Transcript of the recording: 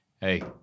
hey